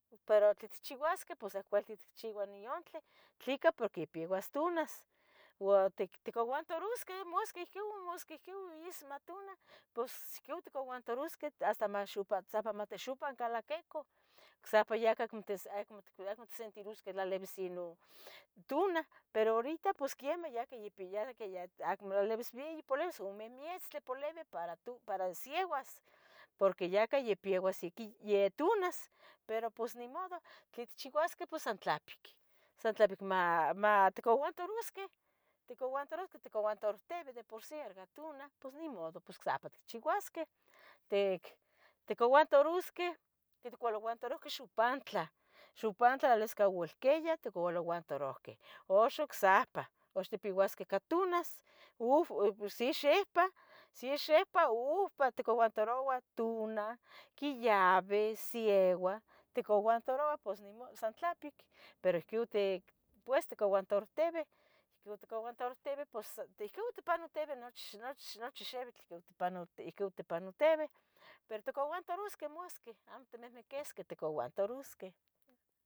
pero tetchiusaqueh pos amo uili tchiuah niontle, tleca porque yapeuas tunas, ua ticaguantarusqueh masqui ihcon, masqui ihcon masiieua matuna pos ticaguantarosqueh hasta maxopan tza hasta matixopancalaquicu, osehpa acmo yeh acmo, acmo it acmo itsentirosqueh lalibis ino tuna, pero horita pos quemah yahca yapiyah cah yapia acmo lalibis beyi, por eso omemetztlie polibi para tun para sieuas, porque yahca ya piebas yaqui ya tunas, pero pos nimodo, quetchiuasqueh pos san tlapic, san tlapic ma matcaguantarusqueh, ticaguantarusqueh, ticaguantarohtibe de por si arga tuna, pos nimodo pos ocsehpa tchiuasqueh, tic tcaguantarusqueh, ticualaguantaruhque xupantlah, xupantlah alascaualquia itcualaguantarohqueh, uxa ocsehpa, uxa ocsehpa tunas uhu xisxehpa, xisxehpa uuhpa itcaguantarouah, tuna, quiyabi, sieuah, ticaguantarua pos nimodo, san tlapic pero iuhco, tec pues ticaguantarohtibeh iuhco ticaguantarutibe pos iuhco itpanotibe noch nochi xibitl itpano ihcon itpanotibe, pero ticaguantarusqueh masqui, amo itmihmiquesqueh itcaguantarosqueh.